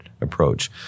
approach